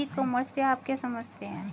ई commerce से आप क्या समझते हैं?